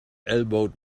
elbowed